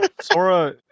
Sora